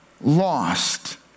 lost